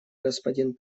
господин